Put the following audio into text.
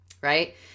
Right